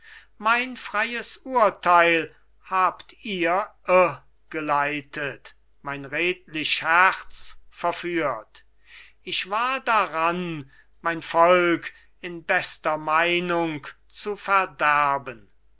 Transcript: mein freies urteil habt ihr irrgeleitet mein redlich herz verführt ich war daran mein volk in bester meinung zu verderben